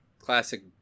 classic